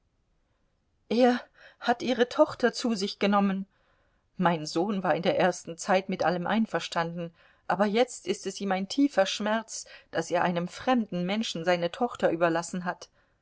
er hat ihre tochter zu sich genommen mein sohn war in der ersten zeit mit allem einverstanden aber jetzt ist es ihm ein tiefer schmerz daß er einem fremden menschen seine tochter überlassen hat